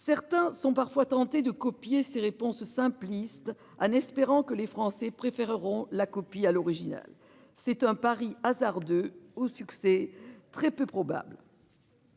Certains sont parfois tenté de copier ses réponses simplistes Anne espérant que les Français préféreront la copie à l'original. C'est un pari hasardeux au succès très peu probable.--